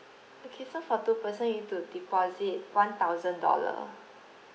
okay for two person you need to deposit one thousand dollar